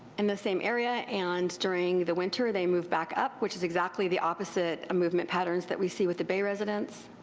and the same area and during the winter they move back up, which is exactly the opposite movement patterns that we see with the bay residents.